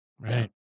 Right